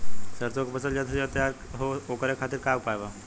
सरसो के फसल जल्द से जल्द तैयार हो ओकरे खातीर का उपाय बा?